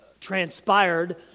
transpired